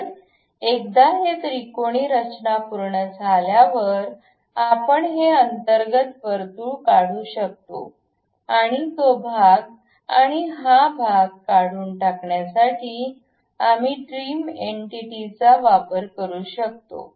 तर एकदा हे त्रिकोणी रचना पूर्ण झाल्यावर आपण हे अंतर्गत वर्तुळ काढू शकतो आणि तो भाग आणि हा भाग काढून टाकण्यासाठी आम्ही ट्रिम एन्टिटीचा वापर करू शकतो